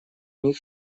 них